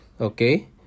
okay